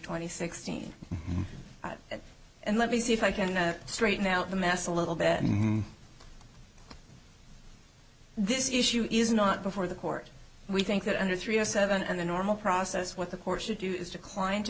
twenty sixteen and let me see if i can straighten out the mess a little bit more this issue is not before the court we think that under three zero seven and the normal process what the court should do is decline to